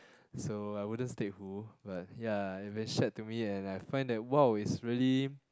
so I wouldn't state who but ya it been shared to me and I find that !wow! it's really